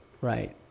Right